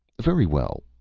very well,